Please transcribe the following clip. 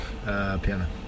Piano